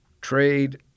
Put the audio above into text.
trade